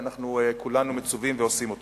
אנחנו כולנו מצווים ועושים אותו.